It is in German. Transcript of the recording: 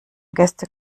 gäste